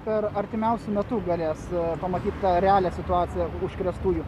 per artimiausiu metu galės pamatyt tą realią situaciją užkrėstųjų